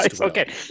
okay